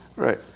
Right